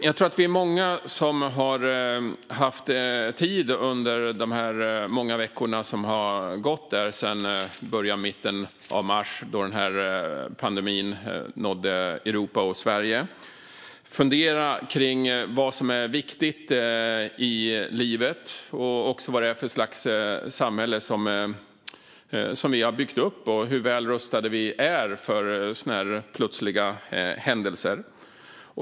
Jag tror att vi är många som har haft tid under de här många veckorna som har gått sedan början och mitten av mars då pandemin nådde Europa och Sverige att fundera på vad som är viktigt i livet och också på vad det är för slags samhälle som vi har byggt upp och hur väl rustade vi är för sådana här plötsliga händelser.